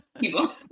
people